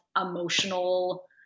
emotional